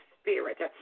spirit